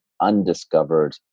undiscovered